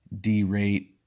derate